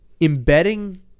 embedding